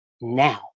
now